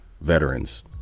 veterans